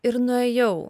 ir nuėjau